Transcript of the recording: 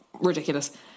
ridiculous